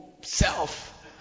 self